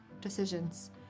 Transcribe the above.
decisions